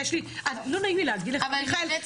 לא נעים לי להגיד לך מיכאל,